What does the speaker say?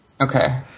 Okay